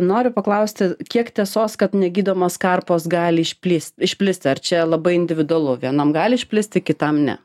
noriu paklausti kiek tiesos kad negydomos karpos gali išplis išplisti ar čia labai individualu vienam gali išplisti kitam ne